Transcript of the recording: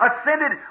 ascended